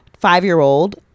five-year-old